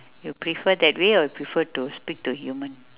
you prefer that way or prefer to speak to human